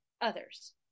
others